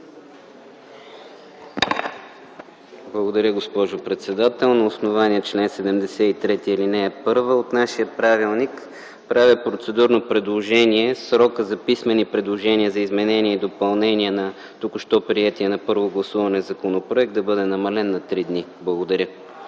Благодаря, госпожо председател. На основание чл. 73, ал. 1 от нашия правилник правя процедурно предложение срокът за писмени предложения за изменение и допълнение на току-що приетия на първо гласуване законопроект да бъде намален на три дни. Благодаря.